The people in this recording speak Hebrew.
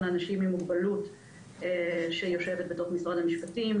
אנשים עם מוגבלות שיושבת בתוך משרד המשפטים,